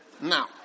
Now